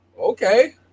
okay